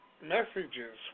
messages